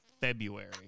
February